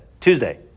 Tuesday